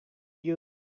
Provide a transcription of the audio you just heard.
you